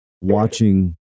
watching